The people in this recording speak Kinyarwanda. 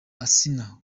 asnah